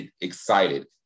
excited